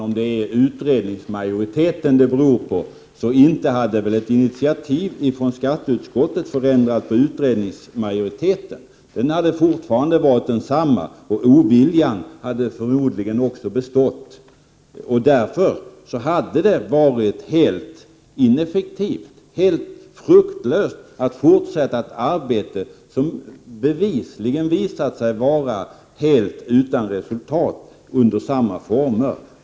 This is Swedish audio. Herr talman! Ett initiativ från skatteutskottet hade väl inte förändrat utredningsmajoriteten, om det är den allt beror på. Den hade fortfarande varit densamma, och oviljan hade förmodligen också bestått. Därför hade det varit helt ineffektivt, helt fruktlöst att under samma former fortsätta ett arbete som bevisligen visat sig vara helt utan resultat.